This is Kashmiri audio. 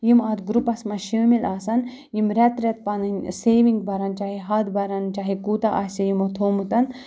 یِم اَتھ گرُپَس منٛز شٲمِل آسَن یِم رٮ۪تہٕ رٮ۪تہٕ پَنٕنۍ سیوِنٛگ بَرَن چاہے ہَتھ بَرَن چاہے کوٗتاہ آسہِ ہے یِمو تھوٚومُت